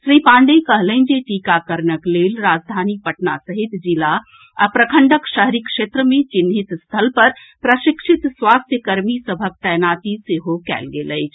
श्री पाण्डेय कहलनि जे टीकाकरणक लेल राजधानी पटना सहित जिला आ प्रखंडक शहरी क्षेत्र मे चिन्हित स्थल पर प्रशिक्षित स्वास्थ्यकर्मी सभक तैनाती सेहो कयल गेल अछि